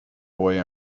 boy